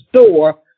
store